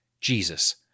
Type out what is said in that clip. Jesus